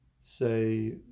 say